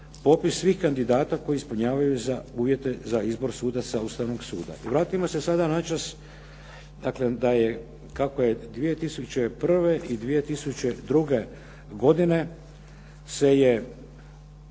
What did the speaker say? popis svih kandidata koji ispunjavaju uvjete za izbor sudaca Ustavnog suda. Vratimo se sada načas dakle, da je kako je 2001. i 2002. godine se je